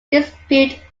dispute